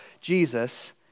Jesus